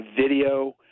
video